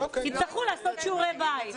יצטרכו לעשות שיעורי בית.